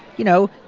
you know.